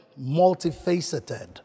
multifaceted